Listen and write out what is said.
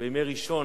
שבימי ראשון